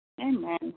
Amen